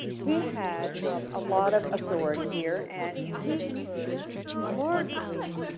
he had a lot of authority here. and, he could largely,